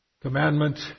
Commandment